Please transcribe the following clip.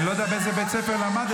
אני לא יודע באיזה בית ספר למדת,